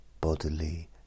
bodily